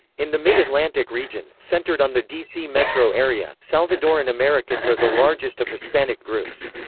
in the mid atlantic region, centered on the dc metro area, salvadoran americans are the largest of hispanic groups.